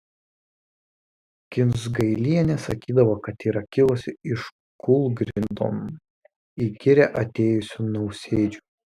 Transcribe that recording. kinsgailienė sakydavo kad yra kilusi iš kūlgrindom į girią atėjusių nausėdžių